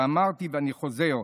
אמרתי, ואני חוזר: